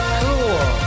cool